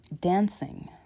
Dancing